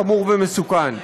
חמור ומסוכן.